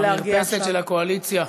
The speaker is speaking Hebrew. במרפסת של הקואליציה,